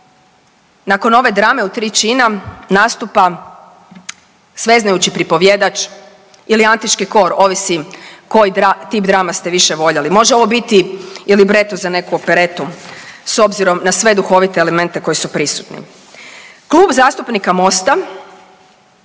nakon ove drame u tri čina nastupa sveznajući pripovjedač ili antički kor ovisi koji tip drama ste više voljeli, može ovo biti i libreto za neku operetu s obzirom na sve duhovite elemente koji su prisutni. Klub zastupnika Mosta,